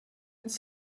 its